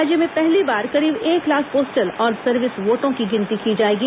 राज्य में पहली बार करीब एक लाख पोस्टल और सर्विस वोटों की गिनती की जाएगी